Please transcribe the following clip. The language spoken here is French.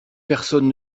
personne